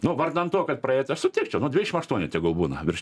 nu vardan to kad praeit aš sutikčiau dvidešim aštuoni tegul būna virš